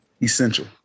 Essential